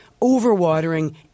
overwatering